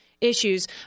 issues